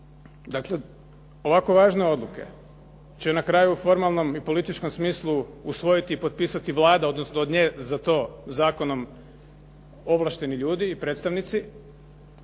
Dakle, ovakvo važne odluke će na kraju formalnom i političkom smislu usvojiti i potpisati Vlada, odnosno od nje za to zakonom ovlašteni ljudi i predstavnici.